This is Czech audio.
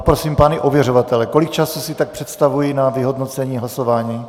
Poprosím pány ověřovatele, kolik času si tak představují na vyhodnocení hlasování?